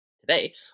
Today